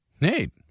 Nate